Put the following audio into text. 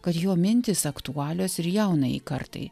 kad jo mintys aktualios ir jaunajai kartai